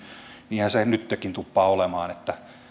niinhän se nyttenkin tuppaa olemaan ja